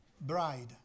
bride